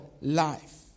life